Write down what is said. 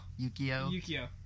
Yukio